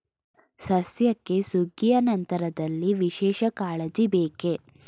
ಸಸ್ಯಕ್ಕೆ ಸುಗ್ಗಿಯ ನಂತರದಲ್ಲಿ ವಿಶೇಷ ಕಾಳಜಿ ಬೇಕೇ?